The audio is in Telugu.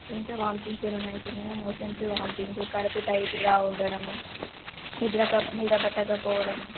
ఇంకా వామిటింగ్స్ ఏమైన అయితున్నాయా మోషన్స్ వామీటింగ్ కడుపు టైట్గా ఉండడము నిద్ర క నిద్ర పట్టకపోవడము